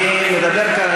אני מדבר כאן.